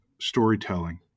storytelling